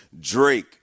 Drake